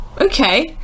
Okay